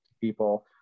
people